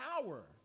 power